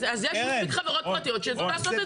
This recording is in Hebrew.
אז יש מספיק חברות פרטיות שידעו לעשות את זה.